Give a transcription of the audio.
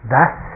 Thus